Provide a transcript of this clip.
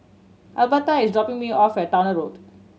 Albertha is dropping me off at Towner Road